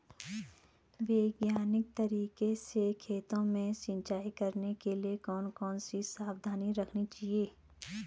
वैज्ञानिक तरीके से खेतों में सिंचाई करने के लिए कौन कौन सी सावधानी रखनी चाहिए?